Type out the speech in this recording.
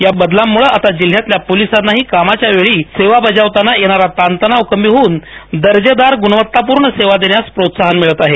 या बदलांमुळे आता जिल्ह्यातल्या पोलिसांनाही कामाच्या वेळी सेवा बजावताना येणारा ताणतणाव कमी होऊन दर्जेदार ग्णवत्तापूर्ण सेवा देण्यास प्रोत्साहन मिळत आहे